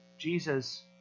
Jesus